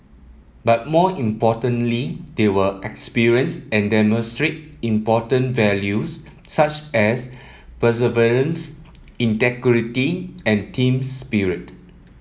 but more importantly they will experience and demonstrate important values such as perseverance integrity and team spirit